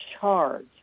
charge